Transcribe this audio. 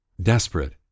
Desperate